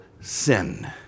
sin